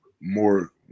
more